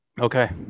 Okay